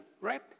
right